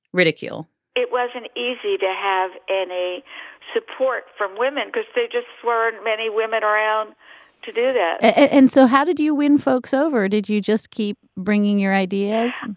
ridicule it wasn't easy to have any support from women because they just weren't. many women around to do that and so how did you win folks over? did you just keep bringing your ideas?